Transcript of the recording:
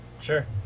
Sure